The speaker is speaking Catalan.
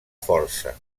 força